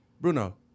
Bruno